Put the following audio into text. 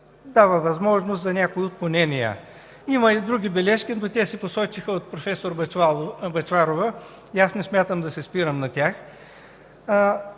дава възможност за някои отклонения. Има и други бележки, но те се посочиха от проф. Бъчварова и аз не смятам да се спирам на тях.